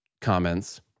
comments